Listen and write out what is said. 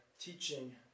teaching